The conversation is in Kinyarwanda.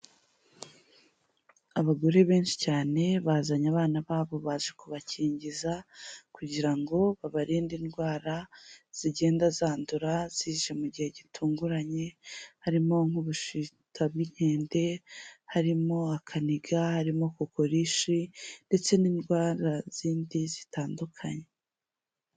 Abagore benshi cyane bazanye abana babo baje kubakingiza kugira ngo babarinde indwara zigenda zandura zije mu gihe gitunguranye, harimo nk'ubushita bw'inkende, harimo akaniga, harimo kokorishi, ndetse n'indwara zindi zitandukanye.